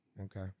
Okay